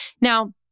now